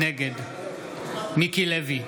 נגד מיקי לוי,